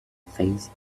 phase